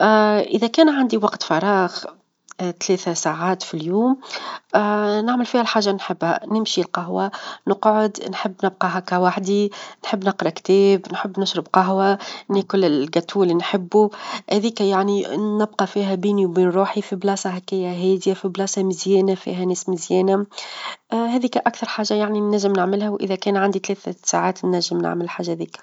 ا إذا كان عندي وقت فراغ ثلاثة ساعات في اليوم، نعمل فيها الحاجة اللي نحبها، نمشي القهوة، نقعد نحب نبقى هاكا وحدي، نحب نقرأ كتاب، نحب نشرب قهوة، ناكل الجاتو اللي نحبو، هاذيك يعني نبقى فيها بيني وبين روحي في بلاصة هكا هادية في بلاصة مزيانة، فيها ناس مزيانة، هاذيك أكثر حاجة يعني نجم نعملها، وإذا كان عندي ثلاثة ساعات نجم نعمل الحاجة ذيكا.